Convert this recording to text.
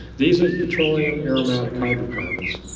these are petroleum aromatic hydrocarbons.